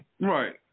Right